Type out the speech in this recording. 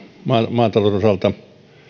maatalouden osalta